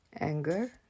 anger